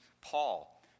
Paul